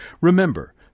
Remember